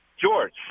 george